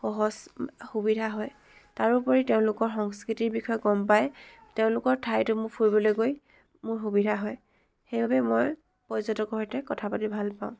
সহজ সুবিধা হয় তাৰোপৰি তেওঁলোকৰ সংস্কৃতিৰ বিষয়ে গম পায় তেওঁলোকৰ ঠাইতো মোৰ ফুৰিবলৈ গৈ মোৰ সুবিধা হয় সেইবাবে মই পৰ্যটকৰ সৈতে কথা পাতি ভাল পাওঁ